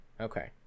Okay